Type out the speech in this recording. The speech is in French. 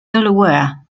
delaware